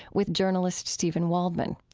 with journalist steven waldman.